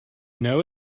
know